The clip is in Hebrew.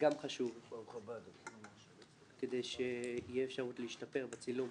חשוב כדי שתהיה אפשרות להשתפר בצילום.